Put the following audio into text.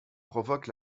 provoque